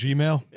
Gmail